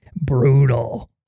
brutal